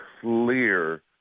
clear